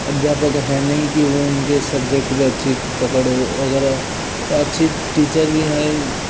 अध्यापक हैं नहीं कि वो उनके सब्जेक्ट भी अच्छी पकड़ अगर अच्छी टीचर भी हैं